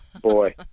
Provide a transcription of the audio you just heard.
boy